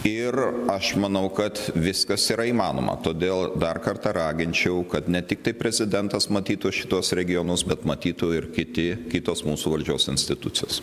ir aš manau kad viskas yra įmanoma todėl dar kartą raginčiau kad ne tiktai prezidentas matytų šituos regionus bet matytų ir kiti kitos mūsų valdžios institucijos